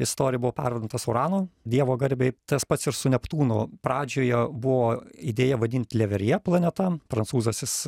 istorijai buvo parduotas urano dievo garbei tas pats ir su neptūnu pradžioje buvo idėja vadint leverje planeta prancūzas jis